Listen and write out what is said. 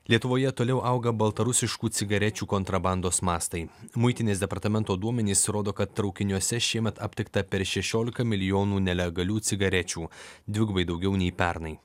lietuvoje toliau auga baltarusiškų cigarečių kontrabandos mastai muitinės departamento duomenys rodo kad traukiniuose šiemet aptikta per šešiolika milijonų nelegalių cigarečių dvigubai daugiau nei pernai